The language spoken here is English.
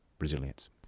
resilience